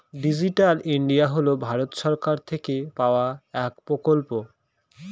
digital India হল ভারত সরকার থেকে পাওয়া এক প্রকল্প